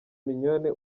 mignonne